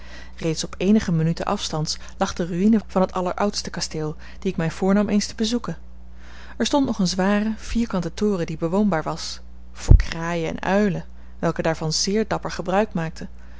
rechts op eenige minuten afstands lag de ruïne van het alleroudste kasteel die ik mij voornam eens te bezoeken er stond nog een zware vierkante toren die bewoonbaar was voor kraaien en uilen welke daarvan zeer dapper gebruik maakten